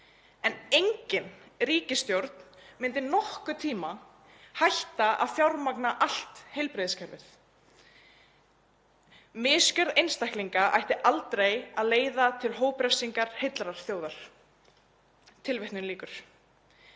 en engin ríkisstjórn myndi nokkurn tíma hætta að fjármagna allt heilbrigðiskerfið. Misgjörð einstaklinga ætti aldrei að leiða til hóprefsingar heillar þjóðar. Viljum